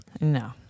no